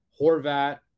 Horvat